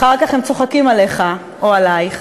אחר כך הם צוחקים עליך או עלייך,